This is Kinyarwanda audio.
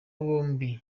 bombi